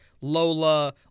Lola